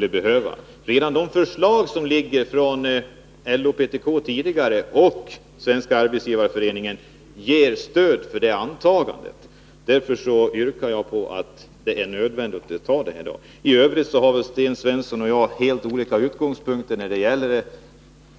De förslag som sedan tidigare föreligger från LO, PTK och Svenska arbetsgivareföreningen ger stöd för det antagandet. Därför menar jag att det här är nödvändigt. I övrigt har Sten Svensson och jag helt olika utgångspunkter när det gäller